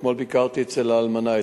אתמול ביקרתי אצל האלמנה,